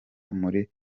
muri